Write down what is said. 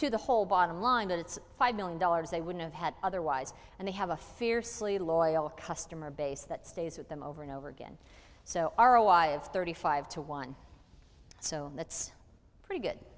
to the whole bottom line that it's five million dollars they wouldn't have had otherwise and they have a fiercely loyal customer base that stays with them over and over again so are alive thirty five to one so that's pretty good